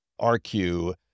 RQ